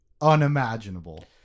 unimaginable